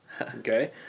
Okay